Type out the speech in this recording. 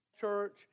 church